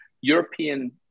European